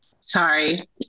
Sorry